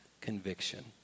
conviction